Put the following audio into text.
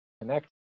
connect